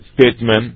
statement